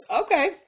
Okay